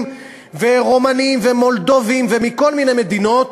ורומנים ומולדבים ומכל מיני מדינות,